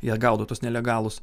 jie gaudo tuos nelegalus